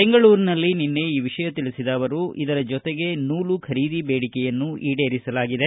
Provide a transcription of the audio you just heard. ಬೆಂಗಳೂರಿನಲ್ಲಿ ನಿನ್ನೆ ಈ ವಿಷಯ ತಿಳಿಸಿದ ಅವರು ಇದರ ಜೊತೆಗೆ ನೂಲು ಖರೀದಿ ಬೇಡಿಕೆಯನ್ನು ಕಡೇರಿಸಲಾಗಿದೆ